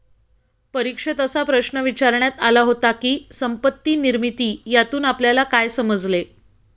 परीक्षेत असा प्रश्न विचारण्यात आला होता की, संपत्ती निर्मिती यातून आपल्याला काय समजले?